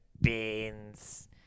beans